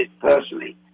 personally